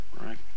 right